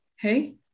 Hey